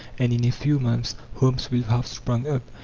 and in a few months homes will have sprung up,